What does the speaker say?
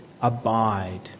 abide